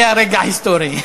זה היה רגע היסטורי.